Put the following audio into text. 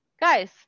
Guys